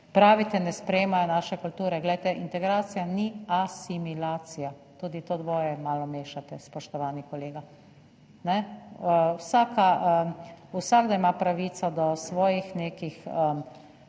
Pravite »ne sprejemajo naše kulture«, glejte, integracija ni asimilacija, tudi to dvoje malo mešate, spoštovani kolega. Vsakdo ima pravico do svojih nekih